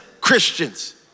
Christians